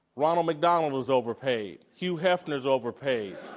ronald mcdonald was overpaid, hugh hefner's overpaid,